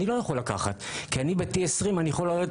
לא יכול לקחת כי אני ב-T20 ואני יכול לרדת